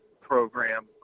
program